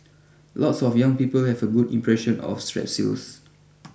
lots of young people have a good impression of Strepsils